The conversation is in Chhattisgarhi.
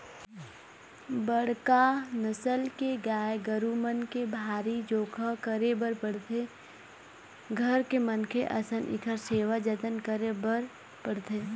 बड़का नसल के गाय गरू मन के भारी जोखा करे बर पड़थे, घर के मनखे असन इखर सेवा जतन करे बर पड़थे